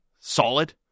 solid